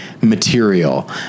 material